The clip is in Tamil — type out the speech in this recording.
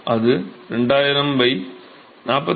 அது 2000 48